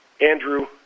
Andrew